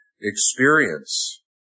experience